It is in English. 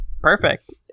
Perfect